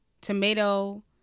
tomato